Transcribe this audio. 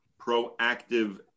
proactive